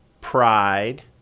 pride